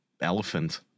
elephant